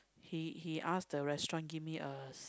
he he ask the restaurant give me a